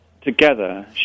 Together